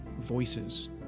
voices